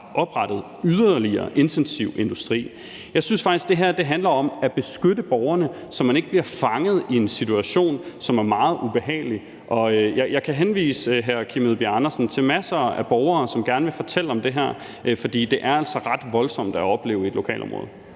oprettet yderligere intensiv industri. Jeg synes faktisk, at det her handler om at beskytte borgerne, så man ikke bliver fanget i en situation, som er meget ubehagelig. Og jeg kan henvise hr. Kim Edberg Andersen til masser af borgere, som gerne vil fortælle om det her, for det er altså ret voldsomt at opleve i et lokalområde.